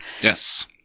Yes